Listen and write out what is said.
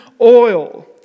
oil